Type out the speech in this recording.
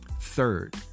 Third